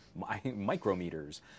micrometers